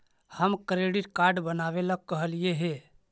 हम credit card बनावे ला कहलिऐ हे?